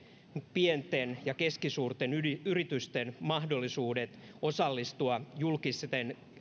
pienten ja keskisuurten yritysten mahdollisuudet osallistua julkisten